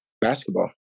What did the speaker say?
basketball